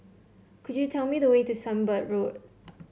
could you tell me the way to Sunbird Road